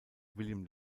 william